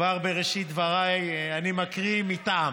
כבר בראשית דבריי, אני מקריא מטעם.